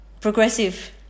progressive